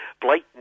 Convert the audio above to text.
blatant